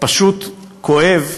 פשוט כואב,